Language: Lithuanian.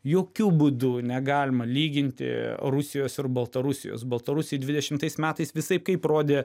jokiu būdu negalima lyginti rusijos ir baltarusijos baltarusija dvidešimtais metais visaip kaip rodė